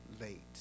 late